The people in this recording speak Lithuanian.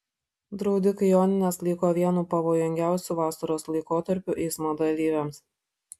draudikai jonines laiko vienu pavojingiausių vasaros laikotarpių eismo dalyviams